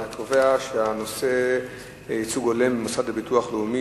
אני קובע שהנושא ייצוג הולם במוסד לביטוח לאומי,